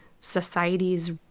society's